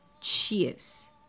Cheers